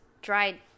dried